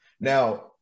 Now